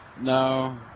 No